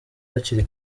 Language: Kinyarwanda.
hakiri